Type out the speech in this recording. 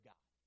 God